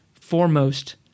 foremost